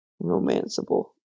romanceable